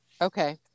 okay